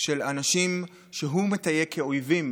של אנשים שהוא מתייג כאויבים,